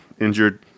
injured